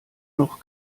noch